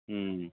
ம்